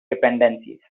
dependencies